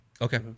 Okay